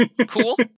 Cool